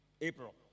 April